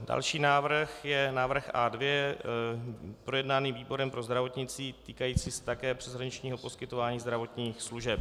Další návrh je návrh A2, projednaný výborem pro zdravotnictví, týkající se také přeshraničního poskytování zdravotních služeb.